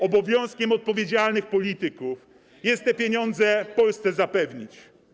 Obowiązkiem odpowiedzialnych polityków jest te pieniądze Polsce zapewnić.